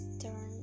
turn